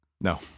No